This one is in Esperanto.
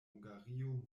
hungario